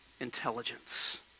intelligence